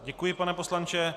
Děkuji, pane poslanče.